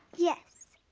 yes.